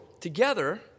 together